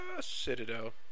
Citadel